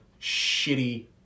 shitty